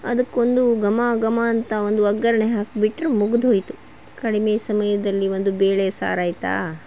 ಅದಕ್ಕೊಂದು ಘಮ ಘಮ ಅಂತ ಒಂದು ಒಗ್ಗರಣೆ ಹಾಕಿಬಿಟ್ರೆ ಮುಗ್ದೋಯ್ತು ಕಡಿಮೆ ಸಮಯದಲ್ಲಿ ಒಂದು ಬೇಳೆ ಸಾರಾಯ್ತು